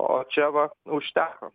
o čia va užteko